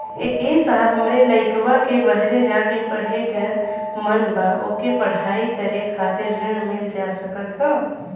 ए साहब हमरे लईकवा के बहरे जाके पढ़े क मन बा ओके पढ़ाई करे खातिर ऋण मिल जा सकत ह?